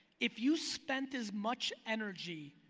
if you spent as much energy